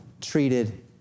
treated